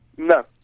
No